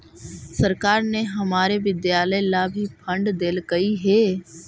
सरकार ने हमारे विद्यालय ला भी फण्ड देलकइ हे